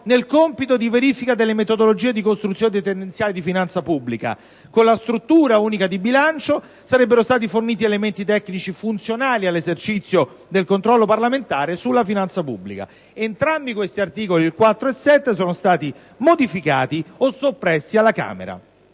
nel compito di verifica delle metodologie di costruzione dei tendenziali di finanza pubblica; con la struttura unica di bilancio, sarebbero stati forniti elementi tecnici funzionali all'esercizio del controllo parlamentare sulla finanza pubblica. Entrambi questi articoli, il 4 e il 7, sono stati modificati o soppressi alla Camera.